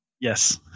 yes